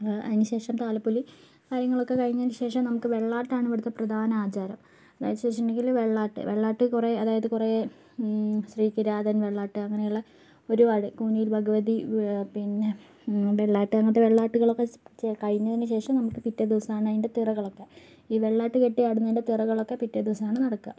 അതിനുശേഷം താലപ്പൊലി കാര്യങ്ങളൊക്കെ കഴിഞ്ഞതിനുശേഷം നമുക്ക് വെള്ളാട്ടാണ് ഇവിടത്തെ പ്രധാന ആചാരം അതെന്നുവച്ചിട്ടുണ്ടെങ്കിൽ വെള്ളാട്ട് വെള്ളാട്ട് കുറേ അതായത് കുറേ ശ്രീ തിരാഥൻ വെള്ളാട്ട് അങ്ങനെയുള്ള ഒരുപാട് കൂനിയിൽ ഭഗവതി പിന്നെ വെള്ളാട്ട് അങ്ങനത്തെ വെള്ളാട്ടുകളൊക്കെ കഴിഞ്ഞതിനുശേഷം നമുക്ക് പിറ്റേ ദിവസമാണ് അതിൻ്റെ തിറകളൊക്കെ ഈ വെള്ളാട്ട് കെട്ടിയാടുന്നതിൻ്റെ തിറകളൊക്കെ പിറ്റേ ദിവസമാണ് നടക്കുക